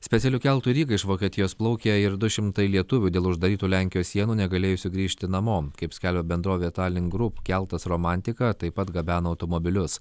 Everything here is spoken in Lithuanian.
specialiu keltu į rygą iš vokietijos plaukė ir du šimtai lietuvių dėl uždarytų lenkijos sienų negalėjusių grįžti namo kaip skelbia bendrovė tallink grupp keltas romantika taip pat gabeno automobilius